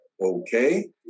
okay